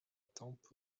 tempe